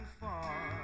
far